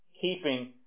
keeping